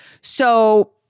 So-